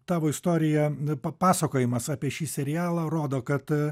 tavo istorija papasakojimas apie šį serialą rodo kad